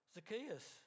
Zacchaeus